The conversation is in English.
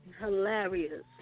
Hilarious